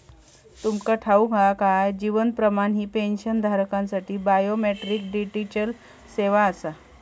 तुमका ठाऊक हा काय? जीवन प्रमाण ही पेन्शनधारकांसाठी बायोमेट्रिक डिजिटल सेवा आसा